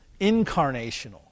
incarnational